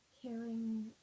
caring